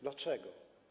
Dlaczego?